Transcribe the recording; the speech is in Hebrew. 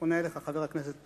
אני עונה לך, חבר הכנסת פלסנר,